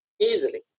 easily